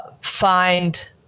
find